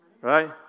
right